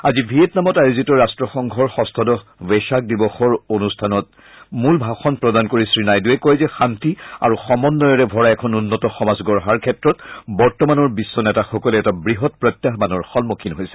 আজি ভিয়েটনামত আয়োজিত ৰাট্টসংঘৰ ষষ্ঠদশ ৱেচাক দিৱসৰ অনুষ্ঠানত মূল ভাষণ প্ৰদান কৰি শ্ৰী নাইডুৱে কয় যে শান্তি আৰু সমন্বয়ৰে ভৰা এখন উন্নত সমাজ গঢ়াৰ ক্ষেত্ৰত বৰ্তমানৰ বিশ্ব নেতাসকলে এটা বৃহৎ প্ৰত্যাহ্মানৰ সন্মুখীন হৈছে